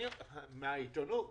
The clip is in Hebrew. שוב, מהעיתונות.